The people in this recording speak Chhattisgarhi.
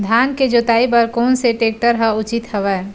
धान के जोताई बर कोन से टेक्टर ह उचित हवय?